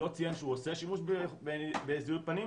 עושה שימוש בזיהוי פנים,